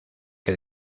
que